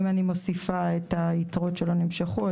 אם אני מוסיפה את היתרות שלא נמשכו,